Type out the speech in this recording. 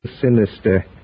sinister